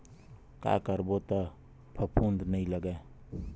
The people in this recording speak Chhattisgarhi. का करबो त फफूंद नहीं लगय?